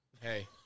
Hey